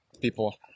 people